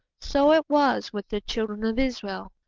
so it was with the children of israel.